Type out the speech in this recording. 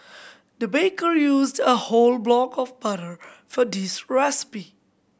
the baker used a whole block of butter for this recipe